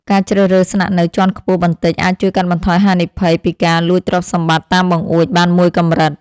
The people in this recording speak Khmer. ការជ្រើសរើសស្នាក់នៅជាន់ខ្ពស់បន្តិចអាចជួយកាត់បន្ថយហានិភ័យពីការលួចទ្រព្យសម្បត្តិតាមបង្អួចបានមួយកម្រិត។